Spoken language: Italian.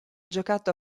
giocato